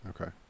okay